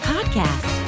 Podcast